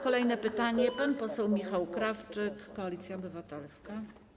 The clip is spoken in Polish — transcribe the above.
Kolejne pytanie zada pan poseł Michał Krawczyk, Koalicja Obywatelska.